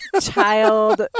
child